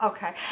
Okay